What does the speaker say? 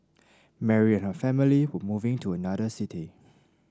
Mary and her family were moving to another city